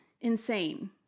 insane